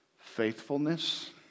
faithfulness